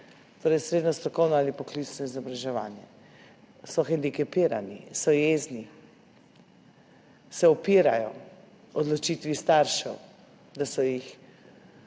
torej srednje strokovno ali poklicno izobraževanje. So hendikepirani, so jezni, se upirajo odločitvi staršev, da so jih